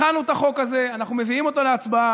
הכנו את החוק הזה, ואנחנו מביאים אותו להצבעה.